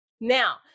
Now